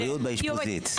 בריאות באשפוזית.